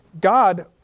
God